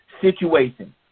situation